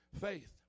Faith